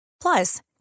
Plus